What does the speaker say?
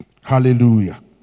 Hallelujah